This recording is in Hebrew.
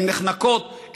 הן נחנקות,